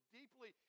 deeply